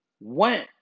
went